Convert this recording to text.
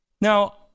Now